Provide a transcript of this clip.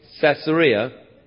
Caesarea